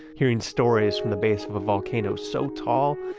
hearing stories from the base of a volcano so tall,